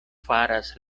faras